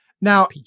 Now